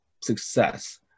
success